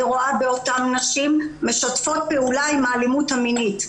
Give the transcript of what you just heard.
אני רואה באותן נשים משתפות פעולה עם האלימות המינית.